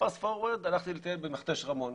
Fast forward הלכתי לטייל במכתש רמון.